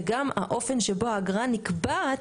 וגם האופן שבו האגרה נקבעת,